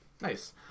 Nice